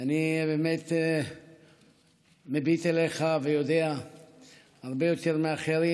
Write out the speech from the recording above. אני באמת מביט אליך ויודע הרבה יותר מאחרים